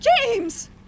James